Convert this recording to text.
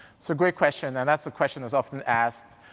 so great question and that's a question that's often asked